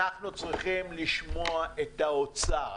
אנחנו צריכים לשמוע את האוצר,